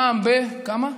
פעם בכמה?